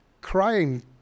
crying